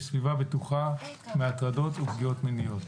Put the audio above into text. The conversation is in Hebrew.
סביבה בטוחה מהטרדות ופגיעות מיניות.